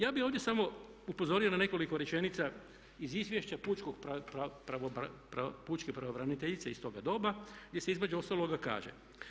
Ja bih ovdje samo upozorio na nekoliko rečenica iz izvješća pučke pravobraniteljice iz toga doba, gdje se između ostaloga kaže.